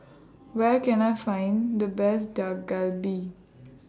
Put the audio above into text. Where Can I Find The Best Dak Galbi